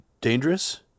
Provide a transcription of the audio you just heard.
dangerous